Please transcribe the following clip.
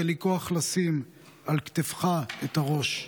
תן לי כוח לשים / על כתפך את הראש.